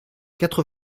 quatre